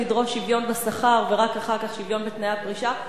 לדרוש שוויון בשכר ורק אחר כך שוויון בתנאי הפרישה.